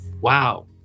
wow